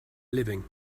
living